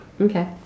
Okay